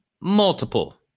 multiple